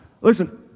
Listen